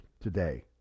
today